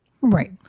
Right